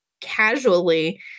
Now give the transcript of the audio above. casually